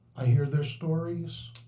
i hear their stories.